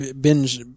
binge